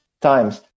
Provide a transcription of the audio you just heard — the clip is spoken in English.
times